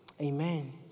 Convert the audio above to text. Amen